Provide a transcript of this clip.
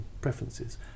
preferences